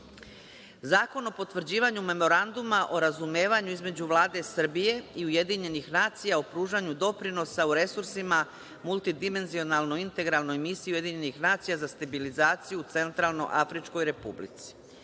valja. Zakon o potvrđivanju Memoranduma o razumevanju između Vlade Srbije i Ujedinjenih nacija o pružanju doprinosa u resursima multidimenzionalnoj integralnoj misiji UN za stabilizaciju u Centralnoafričkoj republici,